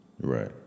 Right